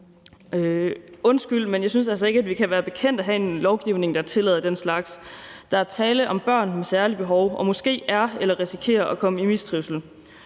Undskyld, men jeg synes altså ikke, at vi kan være bekendt at have en lovgivning, der tillader den slags. Der er tale om børn med særlige behov og måske er eller risikerer at komme i mistrivsel.